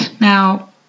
Now